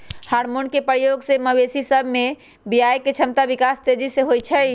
hormone के प्रयोग से मवेशी सभ में बियायके क्षमता विकास तेजी से होइ छइ